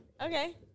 Okay